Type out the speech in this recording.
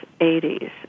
80s